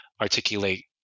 articulate